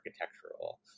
architectural